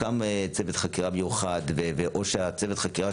הוקם צוות חקירה מיוחד או שהצוות חקירה